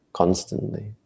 constantly